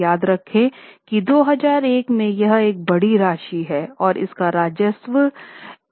याद रखें की 2001 में यह एक बड़ी राशि है और इसका राजस्व 139 बिलियन था